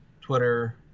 Twitter